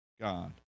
God